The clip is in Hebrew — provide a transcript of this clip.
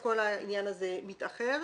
כל העניין הזה מתאחר.